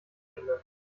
ende